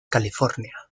california